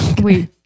Wait